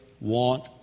want